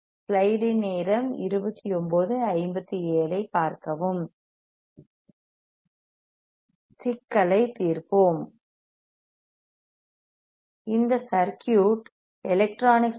சிக்கலை தீர்ப்போம் இந்த சர்க்யூட் electronicshubs